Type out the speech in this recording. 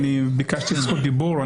ביקשתי רשות דיבור.